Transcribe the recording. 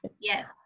Yes